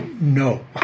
no